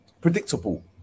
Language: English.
predictable